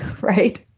Right